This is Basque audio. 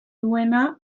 duena